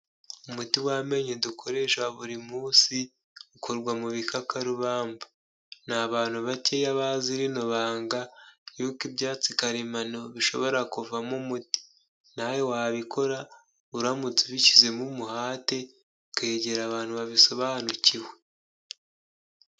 Umuti w'amenyo dukoresha buri munsi ukorwa mu bikakarubamba. Ni abantutu bakeya bazi rino banga ry'uko ibyatsi karemano bishobora kuvamo umuti. Nawe wabikora uramutse ubishyizemo umuhate ukegera abantu babisobanukiwe.